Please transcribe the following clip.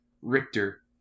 Richter